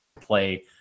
play